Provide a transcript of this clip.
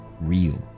real